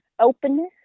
openness